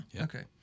Okay